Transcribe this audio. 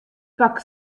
pak